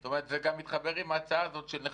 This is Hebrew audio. אבל הביא גם לתחושה שפעם היינו כמה